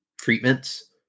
treatments